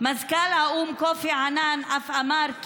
מזכ"ל האו"ם קופי אנאן אף אמר,